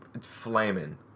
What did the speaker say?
flaming